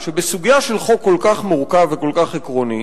שבסוגיה של חוק כל כך מורכב וכל כך עקרוני,